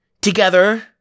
together